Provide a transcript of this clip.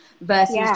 versus